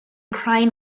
crying